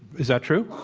is that true?